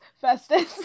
festus